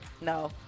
No